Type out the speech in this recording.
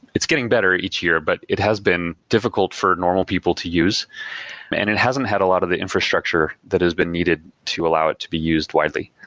it's getting better each year but it has been difficult for normal people to use and it hasn't had a lot of the infrastructure that has been needed to allow it to be used widely.